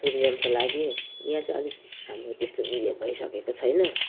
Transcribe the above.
टुरिज्मको लागि यहाँ चाहिँ अलिक हाम्रो त्यस्तो उयो भइसकेको छैन